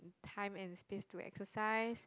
time and space to exercise